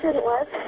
that was